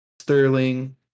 Sterling